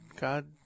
God